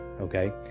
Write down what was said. okay